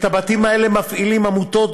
את הבתים האלה מפעילים עמותות,